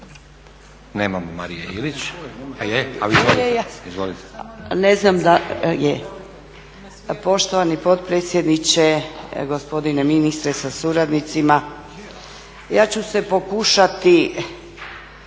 Nemamo Marije Ilić. A je. Izvolite. **Ilić, Marija (HSU)** Poštovani potpredsjedniče, gospodine ministre sa suradnicima. Ja ću se pokušati